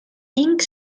pink